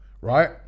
right